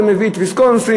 זה מביא את ויסקונסין,